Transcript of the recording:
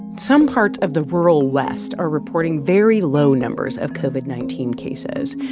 some parts of the rural west are reporting very low numbers of covid nineteen cases,